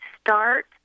start